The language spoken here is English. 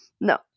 No